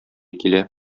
килә